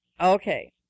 Okay